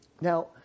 Now